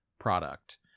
product